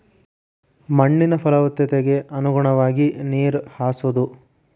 ಮಣ್ಣಿನ ಪಲವತ್ತತೆಗೆ ಅನುಗುಣವಾಗಿ ನೇರ ಹಾಸುದು